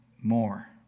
more